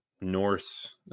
Norse